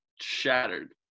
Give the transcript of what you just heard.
shattered